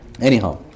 Anyhow